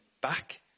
back